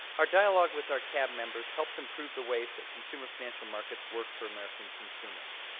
our dialogue with our cab members helps improve the ways that consumer financial markets work for american consumers.